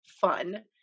fun